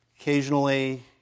Occasionally